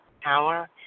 power